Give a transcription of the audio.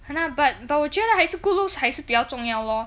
!hanna! but but 我觉得还是 good looks 还是比较重要 lor